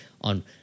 on